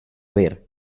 ver